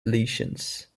lesions